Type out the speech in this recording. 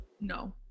No